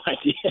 idea